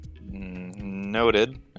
Noted